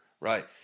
right